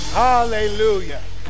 hallelujah